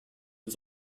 was